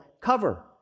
cover